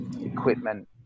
equipment